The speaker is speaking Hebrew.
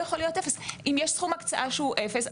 אם יש סכום הקצאה שהוא אפס,